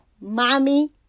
Mommy